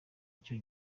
icyo